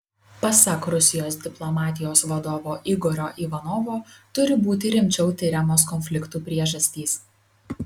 pasak rusijos diplomatijos vadovo igorio ivanovo turi būti rimčiau tiriamos konfliktų priežastys